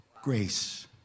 grace